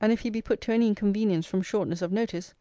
and if he be put to any inconvenience from shortness of notice,